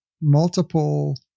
multiple